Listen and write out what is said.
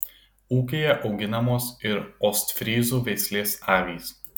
ūkyje auginamos ir ostfryzų veislės avys